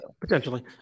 Potentially